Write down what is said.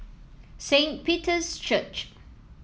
Saint Peter's Church